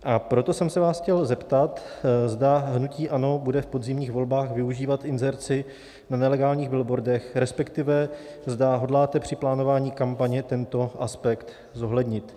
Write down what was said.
A proto jsem se vás chtěl zeptat, zda hnutí ANO bude v podzimních volbách využívat inzerci na nelegálních billboardech, respektive zda hodláte při plánování kampaně tento aspekt zohlednit.